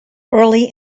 early